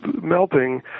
melting